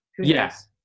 Yes